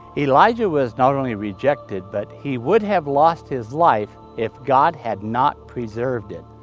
elijah was not only rejected, but he would have lost his life if god had not preserved it.